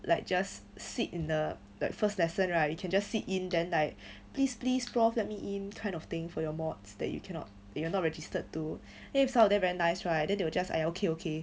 like just sit in the first lesson right you can just sit in then like please please prof let me in kind of thing for your mods that you cannot that you're not registered to then if some of them very nice right then they will just !aiya! okay okay